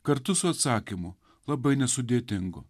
kartu su atsakymu labai nesudėtingu